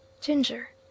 ginger